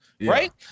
right